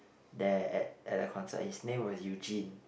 there at at the concert his name was Eugene